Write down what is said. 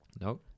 No